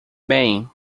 bem